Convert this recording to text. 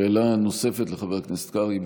שאלה נוספת לחבר הכנסת קרעי.